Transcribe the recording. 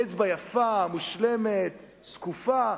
אצבע יפה, מושלמת, זקופה.